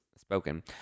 spoken